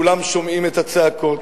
כולם שומעים את הצעקות,